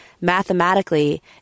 mathematically